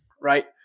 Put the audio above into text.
right